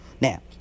Now